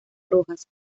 rojas